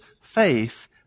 faith